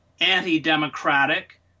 anti-democratic